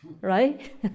Right